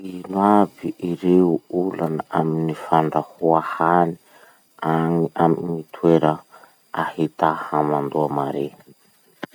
Ino iaby ireo olana amin'ny fandrahoa hany any amin'ny toera ahità hamandoa mare?